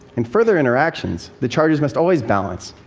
in further interactions, the charges must always balance.